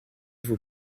vous